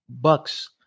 bucks